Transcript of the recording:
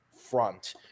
front